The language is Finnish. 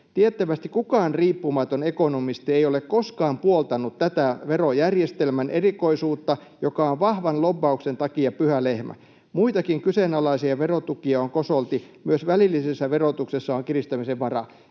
Tiettävästi kukaan riippumaton ekonomisti ei ole koskaan puoltanut tätä verojärjestelmän erikoisuutta, joka on vahvan lobbauksen takia pyhä lehmä. Muitakin kyseenalaisia verotukia on kosolti. Myös välillisessä verotuksessa on kiristämisen varaa.”